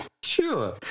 Sure